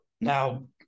Now